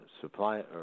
supply